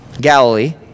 Galilee